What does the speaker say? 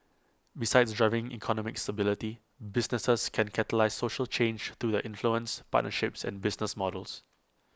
besides driving economic stability businesses can catalyse social change through the influence partnerships and business models